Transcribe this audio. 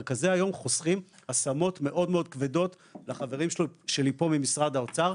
מרכזי היום חוסכים השמות מאוד מאוד כבדות לחברים שלי פה ממשרד האוצר.